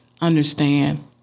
understand